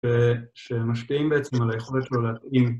שמשקיעים בעצם על היכולת שלו להתאים.